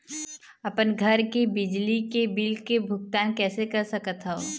अपन घर के बिजली के बिल के भुगतान कैसे कर सकत हव?